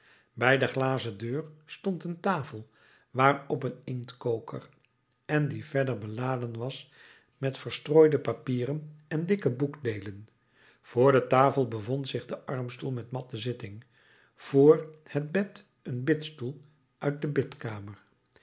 bij de glazen deur stond een tafel waarop een inktkoker en die verder beladen was met verstrooide papieren en dikke boekdeelen vr de tafel bevond zich de armstoel met matten zitting vr het bed een bidstoel uit de bidkamer